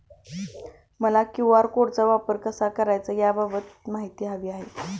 मला क्यू.आर कोडचा वापर कसा करायचा याबाबत माहिती हवी आहे